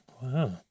Wow